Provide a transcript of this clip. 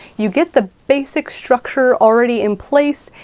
you get the basic structure already in place,